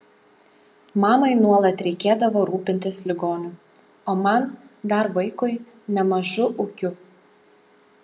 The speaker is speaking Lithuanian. mamai nuolat reikėdavo rūpintis ligoniu o man dar vaikui nemažu ūkiu